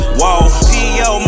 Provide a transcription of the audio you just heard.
whoa